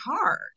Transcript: hard